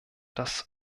das